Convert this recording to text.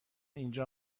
اینجا